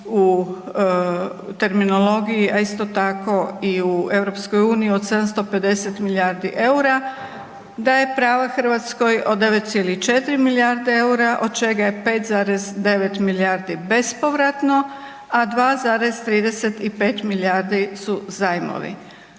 u terminologiji, a isto tako i u EU od 750 milijardi eura daje pravo Hrvatskoj od 9,4 milijardi eura od čega je 5,9 milijardi bespovratno, a 2,35 milijardi su zajmovi.